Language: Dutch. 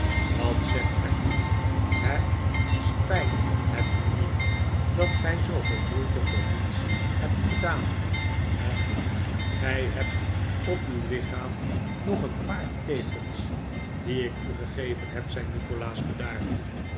wat zegt gij nu he spijt het u niet dat gij zooveel moeite voor niets hebt gedaan he gij hebt op uw lichaam nog een paar teekens die ik u gegeven heb zei nikolaas bedaard